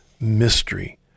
mystery